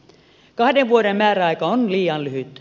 kahden vuoden määräaika on liian lyhyt